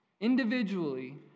individually